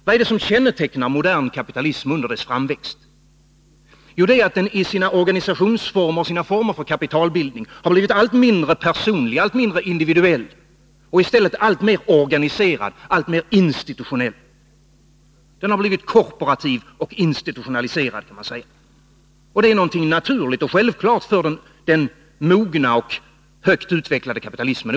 Vad har kännetecknat modern kapitalism under dess framväxt? Jo, att den i sina organisationsformer och former för kapitalbildning har blivit allt mindre personlig och individuell och i stället alltmer organiserad och institutionell. Den har blivit kooperativ och institutionaliserad, kan man säga. Det är någonting naturligt och självklart för den mogna och högt utvecklade kapitalismen.